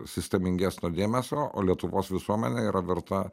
sistemingesnio dėmesio o lietuvos visuomenė yra verta